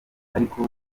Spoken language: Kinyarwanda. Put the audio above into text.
ariko